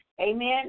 Amen